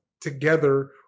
together